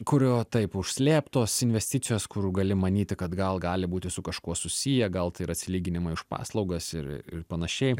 kurio taip užslėptos investicijos kur gali manyti kad gal gali būti su kažkuo susiję gal tai yra atsilyginimai už paslaugas ir ir panašiai